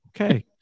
Okay